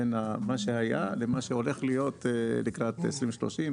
בין מה שהיה לבין מה שהולך להיות לקראת 2030,